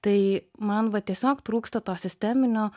tai man va tiesiog trūksta to sisteminio